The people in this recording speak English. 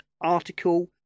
article